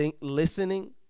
listening